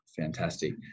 Fantastic